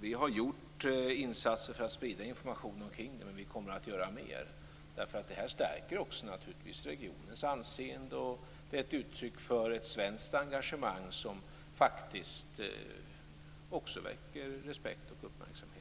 Vi har gjort insatser för att sprida information om samarbetet, men vi kommer att göra mer. Det här stärker naturligtvis också regionens anseende, och det är ett uttryck för ett svenskt engagemang, som faktiskt också väcker respekt och uppmärksamhet.